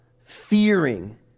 fearing